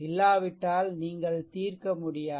இல்லாவிட்டால் நீங்கள் தீர்க்க முடியாது